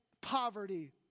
poverty